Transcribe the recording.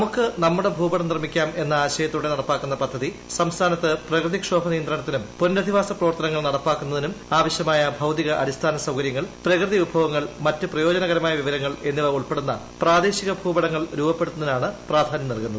നമുക്ക് നമ്മുടെ ഭൂപടം നിർമ്മിക്കാം എന്ന ആശയത്തോടെ നടപ്പാക്കുന്ന പദ്ധതി സംസ്ഥാനത്ത് പ്രകൃതിക്ഷോഭ നിയന്ത്രണത്തിനും പുനരധിവാസ പ്രവർത്തനങ്ങൾ നടപ്പാക്കുന്നതിനും ആവശ്യമായ ഭൌതിക അടിസ്ഥാന സൌകരൃങ്ങൾ പ്രകൃതി വിഭവങ്ങൾ മറ്റു പ്രയോജനകരമായ വിവരങ്ങൾ എന്നിവ ഉൾപ്പെടുന്ന പ്രാദേശിക ഭൂപടങ്ങൾ രൂപപ്പെടുത്തുന്നതിനാണ് പ്രാധാന്യം നൽകുന്നത്